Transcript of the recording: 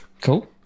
Cool